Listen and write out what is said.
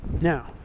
Now